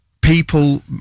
people